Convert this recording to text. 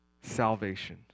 salvation